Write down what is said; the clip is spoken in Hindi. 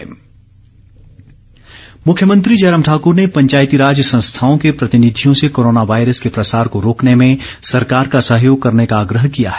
मुख्यमंत्री मुख्यमंत्री जयराम ठाकुर ने पंचायती राज संस्थाओं के प्रतिनिधियों से कोरोना वायरस के प्रसार को रोकने में सरकार का सहयोग करने का आग्रह किया है